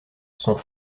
sont